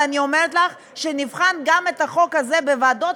ואני אומרת לך שנבחן גם את החוק הזה בוועדות,